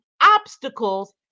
obstacles